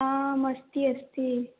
आम् अस्ति अस्ति